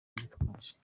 yitwaje